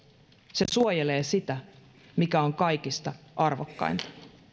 se suojelee sitä mikä on kaikista arvokkainta